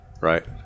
Right